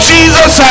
Jesus